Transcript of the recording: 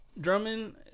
Drummond